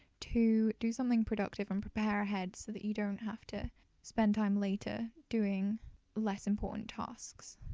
to do something productive and prepare ahead so that you don't have to spend time later doing less important tasks.